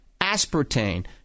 aspartame